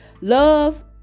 love